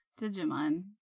Digimon